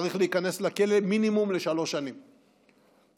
צריך להיכנס לכלא לשלוש שנים מינימום,